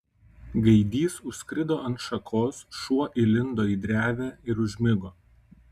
gaidys užskrido ant šakos šuo įlindo į drevę ir užmigo